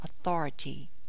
authority